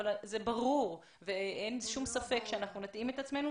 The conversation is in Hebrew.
אבל זה ברור ואין שום ספק שאנחנו נתאים את עצמנו.